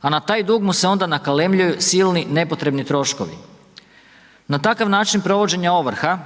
a na taj dug mu se onda nakalemljuju silni nepotrebni troškovi. Na takav način provođenja ovrha